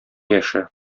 яше